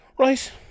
right